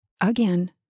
again